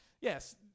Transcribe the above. yes –